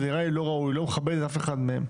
כי זה נראה לי לא ראוי ולא מכבד אף אחד מהם.